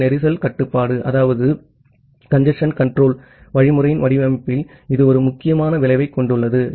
B கஞ்சசேன் control வழிமுறையின் வடிவமைப்பில் இது ஒரு முக்கியமான விளைவைக் கொண்டுள்ளது